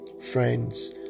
Friends